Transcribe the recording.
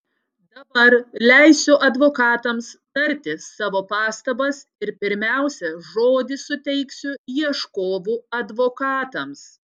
dabar leisiu advokatams tarti savo pastabas ir pirmiausia žodį suteiksiu ieškovų advokatams